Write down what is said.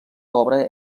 obra